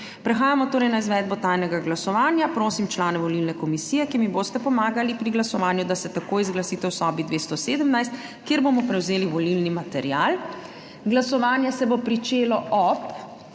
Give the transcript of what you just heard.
Prehajamo torej na izvedbo tajnega glasovanja. Prosim člane volilne komisije, ki mi boste pomagali pri glasovanju, da se takoj zglasite v sobi 217, kjer bomo prevzeli volilni material. Glasovanje se bo začelo ob